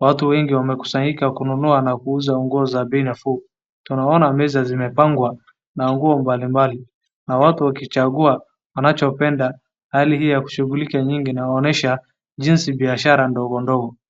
watu wengi wamekusanyika kunua na kuuza nguo za bei nafuu. Tunaoana meza zimepangwa na nguo mbalimbali na watu wakichagua wanachopenda. Hali hii ya kushughulika nyingi inaonyesha jinsi biashara ndogo ndogo.